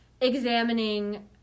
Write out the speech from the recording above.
examining